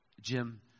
Jim